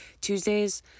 Tuesdays